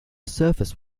surface